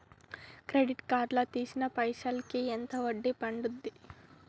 Credit card లా తీసిన పైసల్ కి ఎంత వడ్డీ పండుద్ధి?